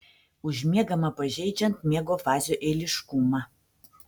užmiegama pažeidžiant miego fazių eiliškumą